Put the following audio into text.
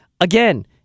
Again